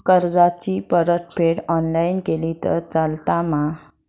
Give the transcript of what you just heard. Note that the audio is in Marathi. कर्जाची परतफेड ऑनलाइन केली तरी चलता मा?